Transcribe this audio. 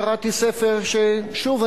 קראתי ספר שוב,